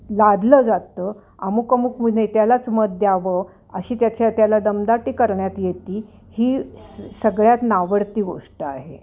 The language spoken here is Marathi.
लादलं जातं अमुक अमुक नेत्यालाच मत द्यावं अशी त्याच्या त्याला दमदाटी करण्यात येती ही स सगळ्यात नावडती गोष्ट आहे